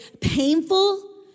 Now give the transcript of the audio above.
painful